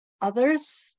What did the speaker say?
others